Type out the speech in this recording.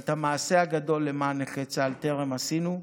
את המעשה הגדול למען צה"ל טרם עשינו.